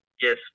Yes